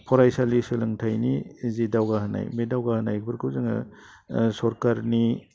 फरायसालि सोलोंथाइनि जि दावगाहोनाय बे दावगाहोनायफोरखौ जोङो सरकारनि